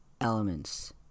elements